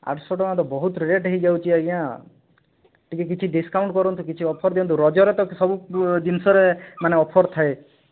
ଆଠଶହ ଟଙ୍କା ତ ବହୁତ ରେଟ ହୋଇଯାଉଛି ଆଜ୍ଞା ଟିକେ କିଛି ଡିସ୍କାଉଣ୍ଟ କରନ୍ତୁ କିଛି ଅଫର ଦିଅନ୍ତୁ ରଜରେ ତ ସବୁ ଜିନିଷରେ ମାନେ ଅଫର ଥାଏ